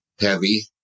heavy